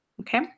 Okay